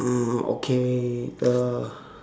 uh okay uh